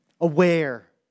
aware